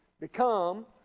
become